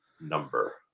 number